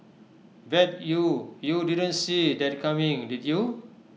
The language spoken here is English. bet you you didn't see that coming did you